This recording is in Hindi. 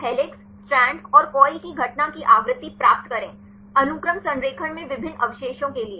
तो हेलिक्स स्ट्रैंड और कॉइल की घटना की आवृत्ति प्राप्त करें अनुक्रम संरेखण में विभिन्न अवशेषों के लिए